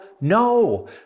No